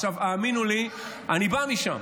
האמינו לי, אני בא משם.